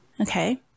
okay